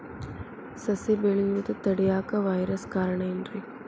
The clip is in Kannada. ಸಸಿ ಬೆಳೆಯುದ ತಡಿಯಾಕ ವೈರಸ್ ಕಾರಣ ಏನ್ರಿ?